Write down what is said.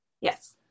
yes